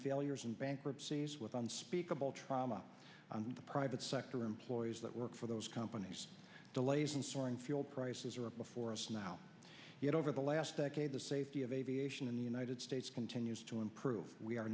failures and bankruptcies with unspeakable trauma the private sector employees that work for those companies delays and soaring fuel prices are before us now yet over the last decade the safety of aviation in the united states continues to improve we are